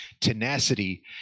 tenacity